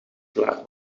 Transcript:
klaar